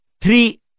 three